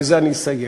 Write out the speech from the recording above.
בזה אני מסיים.